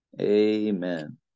Amen